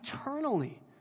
eternally